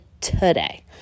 today